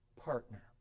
partner